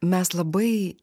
mes labai